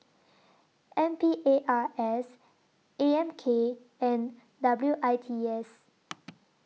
N P A R K S A M K and W I T S